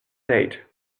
date